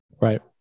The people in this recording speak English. Right